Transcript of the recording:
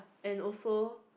and also